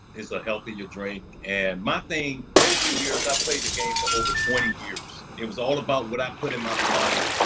it's a healthier drink. and my thing over the years, i've played the game for over twenty years, it was all about what i put in my body.